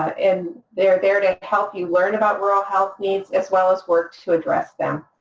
and they are there to help you learn about rural health needs as well as work to address them.